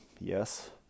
Yes